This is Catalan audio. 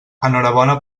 enhorabona